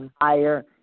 higher